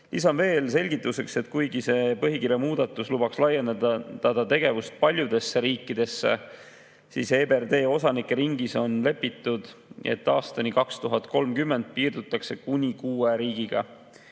Lisan veel selgituseks, et kuigi see põhikirja muudatus lubaks laiendada tegevust paljudesse riikidesse, siis EBRD osanike ringis on kokku lepitud, et aastani 2030 piirdutakse kuni kuue riigiga.